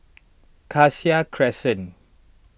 Cassia Crescent